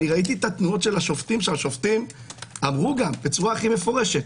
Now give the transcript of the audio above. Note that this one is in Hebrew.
ראיתי את התנועות של השופטים שאמרו בצורה מפורשת: